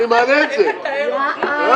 אני מושך את הרביזיה.